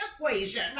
equation